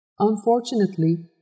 Unfortunately